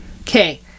Okay